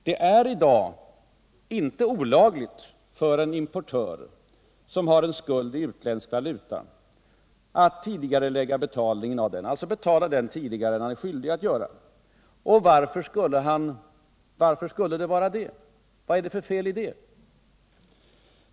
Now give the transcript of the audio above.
Det är i dag inte olagligt för en importör som har en skuld i utländsk valuta att tidigarelägga betalningen av denna, dvs. betala skulden tidigare än han är skyldig att göra. Och varför skulle det vara det?